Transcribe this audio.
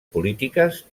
polítiques